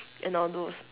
and all those